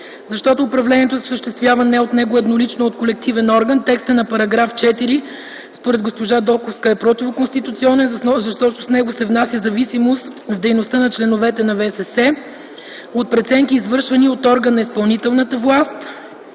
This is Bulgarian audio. защото управлението се осъществява не от него еднолично, а от колективния орган; - текстът на § 4 е противоконституционен, защото с него се внася зависимост в дейността на членовете на ВСС от преценки, извършвани от орган на изпълнителната власт;